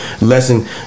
lesson